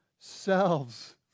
selves